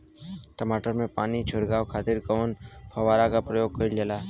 टमाटर में पानी के छिड़काव खातिर कवने फव्वारा का प्रयोग कईल जाला?